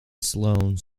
sloane